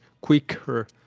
quicker